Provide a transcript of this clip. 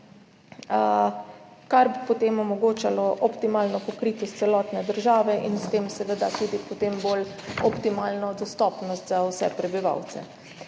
kar bi potem omogočalo optimalno pokritost celotne države in s tem seveda tudi potem bolj optimalno dostopnost za vse prebivalce.